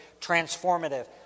transformative